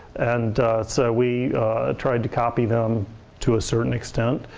and so we tried to copy them to a certain extent.